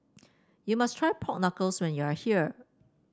you must try Pork Knuckles when you are here